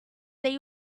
they